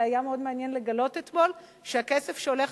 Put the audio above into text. היה מאוד מעניין לגלות אתמול שהכסף שהולך